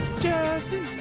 Jesse